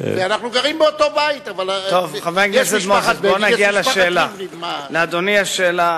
אבל יש משפחת בגין ויש משפחת ריבלין.